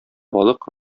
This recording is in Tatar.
балык